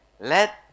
let